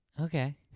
Okay